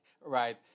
Right